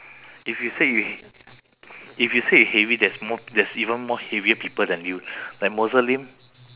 if you said you h~ if you said you heavy there's more there's even more heavier people than you like moses lim